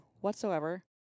whatsoever